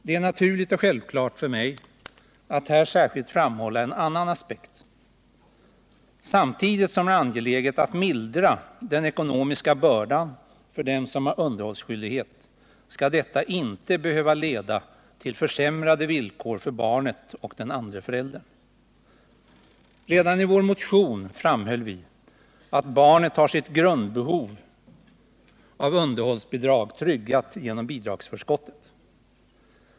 Det är naturligt och självklart för mig att här särskilt framhålla en annan aspekt. Samtidigt som det är angeläget att mildra den ekonomiska bördan för dem som har underhållsskyldighet skall detta inte behöva leda till försämrade villkor för barnet och den andra föräldern. Redan i vår motion framhöll vi att barnet har sitt grundbehov av underhållsbidrag tryggat genom bidragsförskottet.